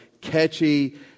catchy